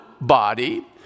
body